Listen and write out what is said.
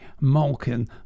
Malkin